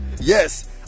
yes